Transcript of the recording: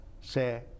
Say